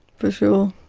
for sure.